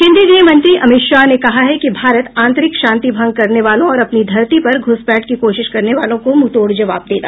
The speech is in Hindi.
केन्द्रीय गृहमंत्री अमित शाह ने कहा है कि भारत आंतरिक शांति भंग करने वालों और अपनी धरती पर घ्रसपैठ की कोशिश करने वालों को मुंहतोड़ जवाब देगा